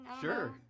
Sure